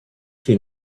she